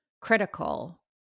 critical